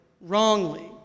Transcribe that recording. wrongly